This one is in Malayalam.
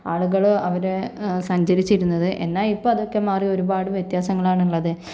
ആളുകള് അവരെ സഞ്ചരിച്ചിരുന്നത് എന്നാൽ ഇപ്പം അതൊക്കെ മാറി ഒരുപാട് വ്യത്യാസങ്ങളാണുള്ളത്